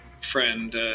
friend